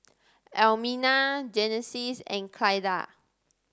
Almina Genesis and Clyda